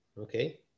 Okay